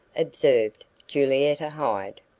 observed julietta hyde.